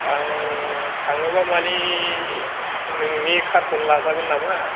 आं थाङोबा माने नोंनि कारखौनो लाजागोन नामा